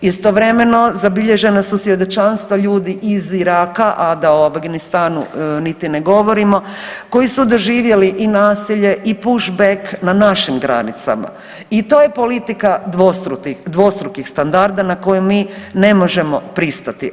Istovremeno zabilježena su svjedočanstva ljudi iz Iraka, a da o Afganistanu niti ne govorimo, koji su doživjeli i nasilje i pushback na našim granicama i to je politika dvostrukih standarda na koju mi ne možemo pristati.